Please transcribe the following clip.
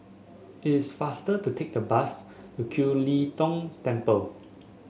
it is faster to take the bus to Kiew Lee Tong Temple